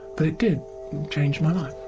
but it did change my